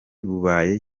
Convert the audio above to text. bubaye